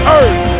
earth